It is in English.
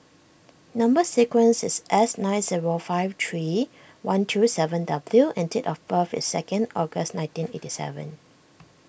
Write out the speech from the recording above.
Number Sequence is S nine zero five three one two seven W and date of birth is second August nineteen eighty seven